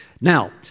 Now